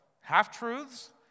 half-truths